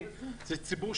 לדוגמה,